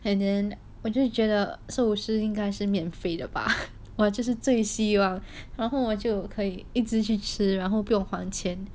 and then 我就觉得寿司应该是免费的吧我这是最希望然后我就可以一直去吃然后不用还钱